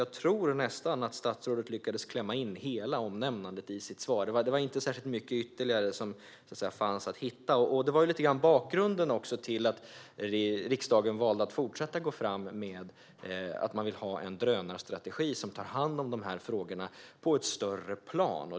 Jag tror att statsrådet lyckades klämma in nästan hela omnämnandet i sitt svar - det är inte särskilt mycket ytterligare som finns att hitta. Det var också bakgrunden till att riksdagen valde att fortsätta gå fram med att man vill ha en drönarstrategi som tar hand om de här frågorna på ett större plan.